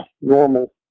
normal